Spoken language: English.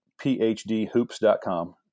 phdhoops.com